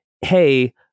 hey